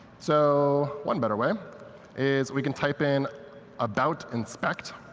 so one better way is we can type in about inspect,